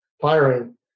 firing